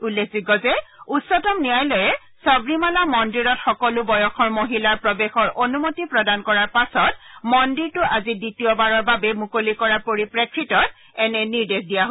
উল্লেখযোগ্য যে উচ্চতম ন্যায়ালয়ে সবৰিমালা মন্দিৰত সকলো বয়সৰ মহিলাৰ প্ৰৱেশৰ অনুমতি প্ৰদান কৰাৰ পাছত মন্দিৰটো আজি দ্বিতীয়বাৰৰ বাবে মুকলি কৰাৰ পৰিপ্ৰেক্ষিতত এনে নিৰ্দেশ দিয়া হৈছে